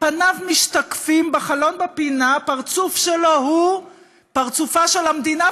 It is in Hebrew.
פניו משתקפים בחלון בפינה / הפרצוף שלו הוא / פרצופה של המדינה.